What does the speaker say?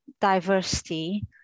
diversity